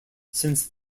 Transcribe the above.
since